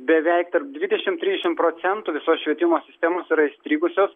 beveik tarp dvidešimt trisdešimt procentų visos švietimo sistemos yra įstrigusios